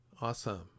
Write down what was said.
Awesome